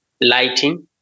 lighting